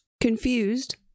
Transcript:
Confused